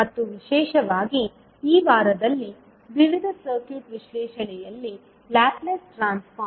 ಮತ್ತು ವಿಶೇಷವಾಗಿ ಈ ವಾರದಲ್ಲಿ ವಿವಿಧ ಸರ್ಕ್ಯೂಟ್ ವಿಶ್ಲೇಷಣೆಯಲ್ಲಿ ಲ್ಯಾಪ್ಲೇಸ್ ಟ್ರಾನ್ಸ್ಫಾರ್ಮ್